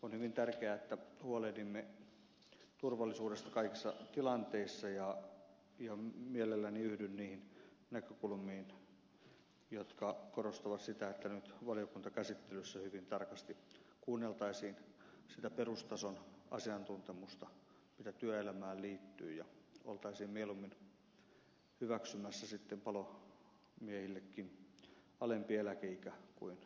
on hyvin tärkeää että huolehdimme turvallisuudesta kaikissa tilanteissa ja mielelläni yhdyn niihin näkökulmiin jotka korostavat sitä että nyt valiokuntakäsittelyssä hyvin tarkasti kuunneltaisiin sitä perustason asiantuntemusta mikä työelämään liittyy ja oltaisiin mieluummin hyväksymässä sitten palomiehillekin alempi eläkeikä kuin korkeampi